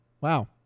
Wow